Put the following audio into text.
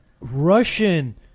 Russian